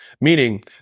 Meaning